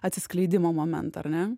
atsiskleidimo momentą ar ne